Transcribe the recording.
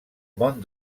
món